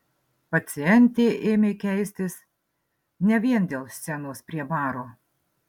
pacientė ėmė keistis ne vien dėl scenos prie baro